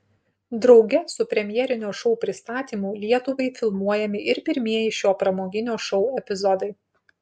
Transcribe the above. drauge su premjerinio šou pristatymu lietuvai filmuojami ir pirmieji šio pramoginio šou epizodai